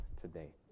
today